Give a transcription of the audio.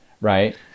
right